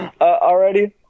Already